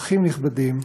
אורחים נכבדים,